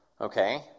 okay